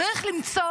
צריך למצוא